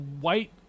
white